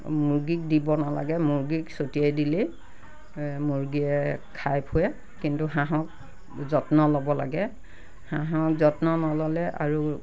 মুৰ্গীক দিব নালাগে মুৰ্গীক চতিয়াই দিলেই মুৰ্গীয়ে খাই ফুৰে কিন্তু হাঁহক যত্ন ল'ব লাগে হাঁহক যত্ন নল'লে আৰু